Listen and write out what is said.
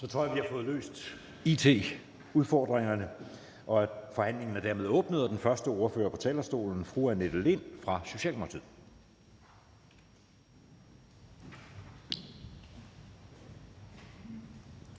Så tror jeg, at vi har fået løst it-udfordringerne. Forhandlingen er dermed åbnet. Den første ordfører på talerstolen er fru Annette Lind fra Socialdemokratiet.